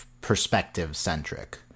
perspective-centric